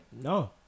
No